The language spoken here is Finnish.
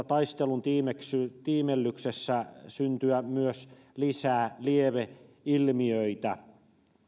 taistelun tiimellyksessä tiimellyksessä syntyä lisää lieveilmiöitä